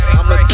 I'ma